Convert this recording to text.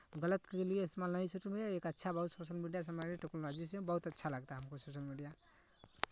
गलत के लिए इसमें ऑनलाइन सिस्टम में एक अच्छा बहुत सोशल मीडिया टेक्नोलॉजी से बहुत अच्छा लगता है हमको सोशल मीडिया